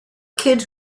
kid